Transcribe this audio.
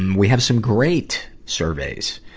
we have some great surveys.